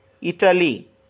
Italy